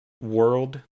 world